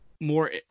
more